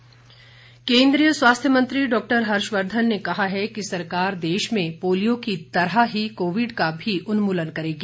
हर्षवर्घन केंद्रीय स्वास्थ्य मंत्री डॉक्टर हर्षवर्धन ने कहा है कि सरकार देश में पोलियो की तरह ही कोविड का भी उन्मूलन करेगी